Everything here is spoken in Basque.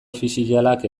ofizialak